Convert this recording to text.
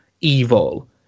evil